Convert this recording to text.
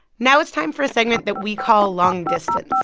now it's time for a segment that we call long distance